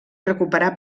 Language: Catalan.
recuperar